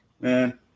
Man